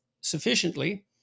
sufficiently